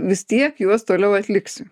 vis tiek juos toliau atliksiu